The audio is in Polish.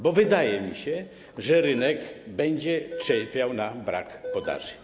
Bo wydaje mi się, że rynek będzie cierpiał na brak podaży.